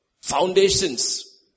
Foundations